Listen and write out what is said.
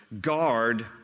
guard